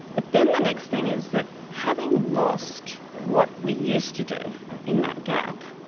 but then the next thing is that having lost what we used to do in that gap,